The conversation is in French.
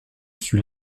suis